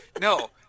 no